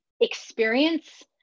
experience